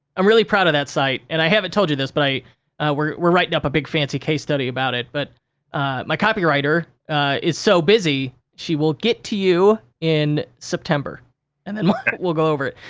i'm really proud of that site and i haven't told you this, but we're we're writing up a big, fancy case study about it, but my copywriter is so busy, she will get to you in september and then we'll go over it.